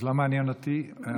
זה לא מעניין אותי.